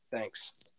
Thanks